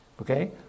Okay